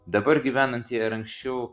dabar gyvenantiej ir anksčiau